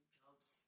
jobs